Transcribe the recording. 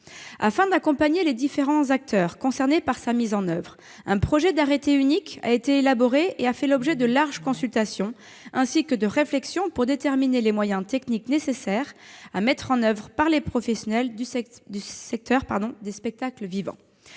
Afin d'accompagner les différents acteurs concernés par sa mise en oeuvre, un projet d'arrêté unique a été élaboré et a fait l'objet de larges consultations, ainsi que de réflexions, pour déterminer les moyens techniques nécessaires à mettre en oeuvre par les professionnels du secteur des spectacles vivants.